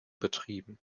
betrieben